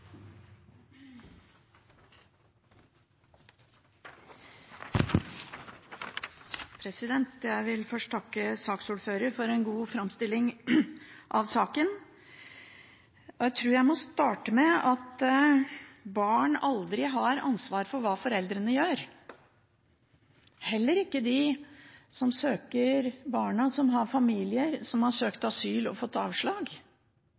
Jeg vil først takke saksordføreren for en god framstilling av saken. Jeg tror jeg må starte med at barn aldri har ansvar for hva foreldrene gjør, heller ikke de barna av familie som har søkt asyl og fått avslag. Barn har